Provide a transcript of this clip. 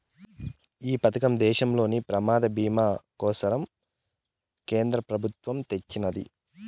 ఈ పదకం దేశంలోని ప్రమాద బీమా కోసరం కేంద్ర పెబుత్వమ్ తెచ్చిన్నాది